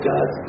God